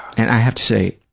and i have to say,